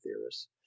theorists